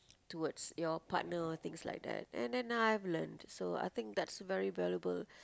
towards your partner things like that and then now I've learnt I think that's very valuable